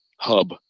hub